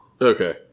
Okay